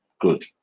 Good